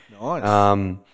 Nice